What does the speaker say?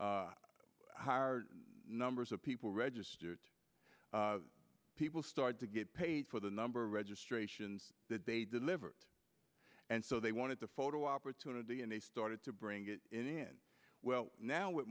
get higher numbers of people registered people start to get paid for the number registrations that they delivered and so they wanted the photo opportunity and they started to bring it in well now with